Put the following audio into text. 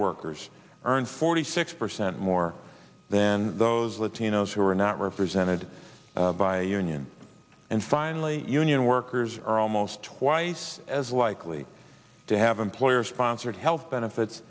workers earn forty six percent more then those latinos who are not represented by a union and finally union workers are almost twice as likely to have employer sponsored health benefits